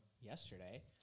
yesterday